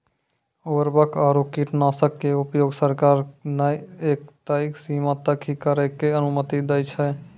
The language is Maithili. उर्वरक आरो कीटनाशक के उपयोग सरकार न एक तय सीमा तक हीं करै के अनुमति दै छै